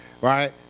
Right